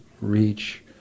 reach